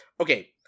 okay